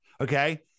Okay